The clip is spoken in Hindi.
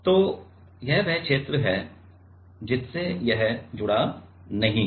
तो यह वह क्षेत्र है जिससे यह जुड़ा नहीं है